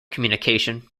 communication